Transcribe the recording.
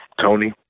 Tony